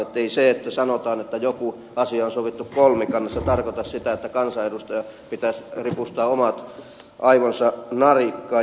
ei se että sanotaan että jokin asia on sovittu kolmikannassa tarkoita sitä että kansanedustajan pitäisi ripustaa omat aivonsa narikkaan